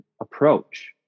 approach